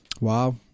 Wow